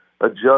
adjust